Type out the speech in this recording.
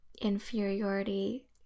inferiority